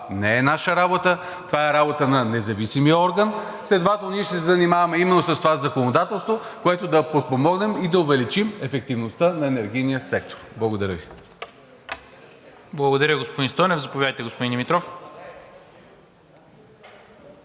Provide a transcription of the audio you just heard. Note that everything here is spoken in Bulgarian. не е наша работа, това е работа на независимия орган, следователно ние ще се занимаваме именно с това законодателство, с което да подпомогнем и да увеличим ефективността на енергийния сектор. Благодаря Ви. ПРЕДСЕДАТЕЛ НИКОЛА МИНЧЕВ: Благодаря, господин Стойнев. Заповядайте, господин Димитров.